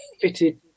fitted